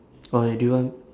or like do you want